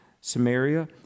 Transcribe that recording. Samaria